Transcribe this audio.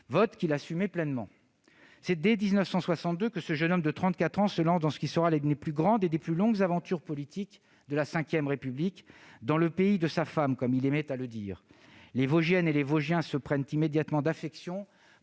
1981, qu'il assumait pleinement. C'est dès 1962 que ce jeune homme de 34 ans se lance dans ce qui sera l'une des plus grandes et des plus longues aventures politiques de la V République, dans le « pays de sa femme », comme il aimait à le dire. Les Vosgiennes et les Vosgiens se prirent immédiatement d'affection